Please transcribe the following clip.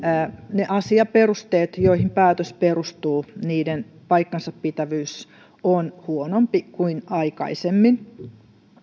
niiden asiaperusteiden joihin päätös perustuu paikkansapitävyys on huonompi kuin aikaisemmin